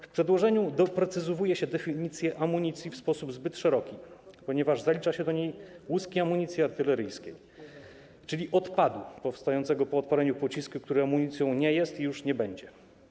W przedłożeniu doprecyzowuje się definicję amunicji w sposób zbyt szeroki, ponieważ zalicza się do niej łuski amunicji artyleryjskiej, czyli odpadu powstającego po odpaleniu pocisku, który amunicją nie jest i już nie będzie.